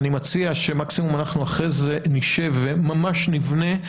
אני מציע שמקסימום אנחנו אחרי זה נשב וממש ניבנה.